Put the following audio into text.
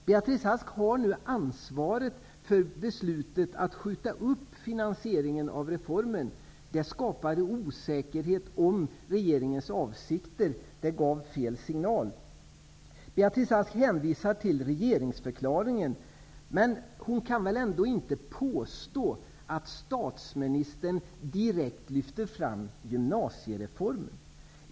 Beatrice Ask har nu ansvaret för beslutet att skjuta upp finansieringen av reformen. Det skapade osäkerhet om regeringens avsikter. Det gav fel signal. Beatrice Ask hänvisar till regeringsförklaringen. Men hon kan väl ändå inte påstå att statsministern direkt lyfte fram gymnasiereformen.